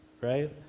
right